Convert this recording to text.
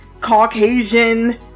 caucasian